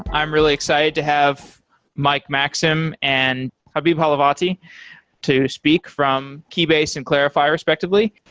i'm really excited to have mike maxim and habib talavatifard to speak from keybase and clarifai respectively.